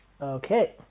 Okay